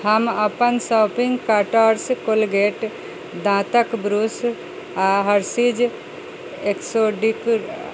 हम अपन शॉपिङ्ग कार्टसँ कोलगेट दाँतके ब्रश आओर हर्शीज एक्सोडिक